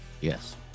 Yes